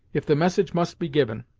if the message must be given,